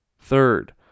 Third